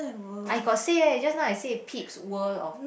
I got say leh just now I say Pete's World of